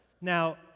Now